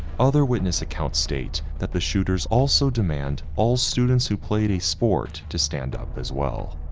other witness accounts state that the shooters also demand all students who played a sport to stand up as well.